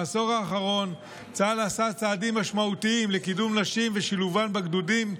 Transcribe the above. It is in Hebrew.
בעשור האחרון צה"ל עשה צעדים משמעותיים לקידום נשים ושילובן בגדודים,